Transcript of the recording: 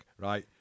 right